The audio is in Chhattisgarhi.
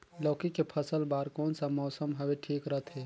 लौकी के फसल बार कोन सा मौसम हवे ठीक रथे?